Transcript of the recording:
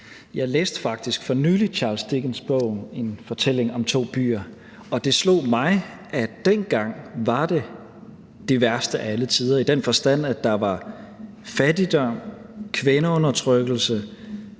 Jeg læste faktisk for nylig Charles Dickens' bog »En fortælling om to byer«, og det slog mig, at dengang var det den værste af alle tider i den forstand, at der var fattigdom, kvindeundertrykkelse,